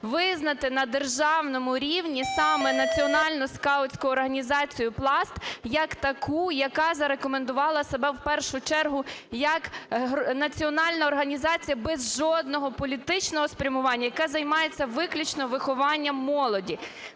визнати на державному рівні саме Національну скаутську організацію Пласт як таку, яка зарекомендувала себе в першу чергу як національна організація без жодного політичного спрямування, яка займається виключно вихованням молоді.